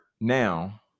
now